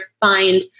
find